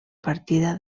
partida